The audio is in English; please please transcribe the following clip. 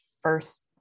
first